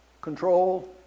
control